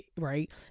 right